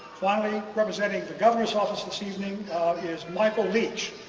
finally representing the governor's office this evening is michael leach